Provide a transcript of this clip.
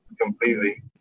completely